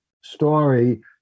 story